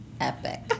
epic